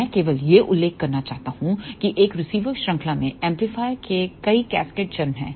मैं केवल यह उल्लेख करना चाहता हूं कि एक रिसीवर श्रृंखला में एम्पलीफायर के कई कैस्केड चरण हैं